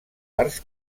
arts